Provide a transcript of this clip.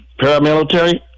paramilitary